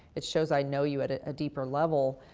it shows i know you at a deeper level.